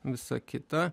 visa kita